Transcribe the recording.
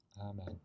Amen